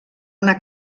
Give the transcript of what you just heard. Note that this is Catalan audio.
una